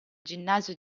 ginnasio